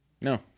No